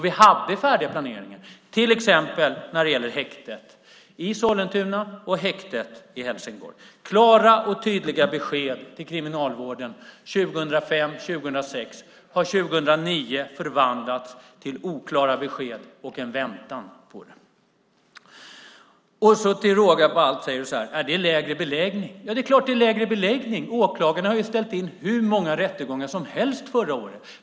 Vi hade en färdig planering, till exempel när det gäller häktet i Sollentuna och häktet i Helsingborg. Klara och tydliga besked till Kriminalvården 2005 och 2006 har 2009 förvandlats till oklara besked och en väntan. Till råga på allt säger Beatrice Ask att det är en lägre beläggning. Det är klart att det är lägre beläggning. Åklagarna ställde in hur många rättegångar som helst förra året.